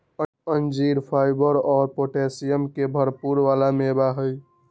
अंजीर फाइबर और पोटैशियम के भरपुर वाला मेवा हई